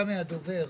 גם מהדובר,